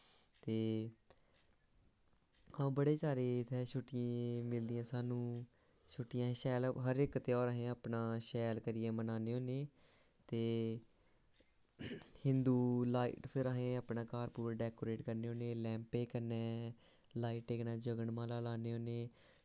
ते हां बड़े सारे इत्थें छुट्टियें ई मिलदियां सानूं छुट्टियां शैल हर इक ध्यारै पर अस अपना शैल करियै मनान्ने होन्ने ते हिंदु लाइज फिर असें अपना घर पूरा डेकोरेट करने होन्ने ते कन्नै लाईटें कन्नै जगनमाला लान्ने होन्ने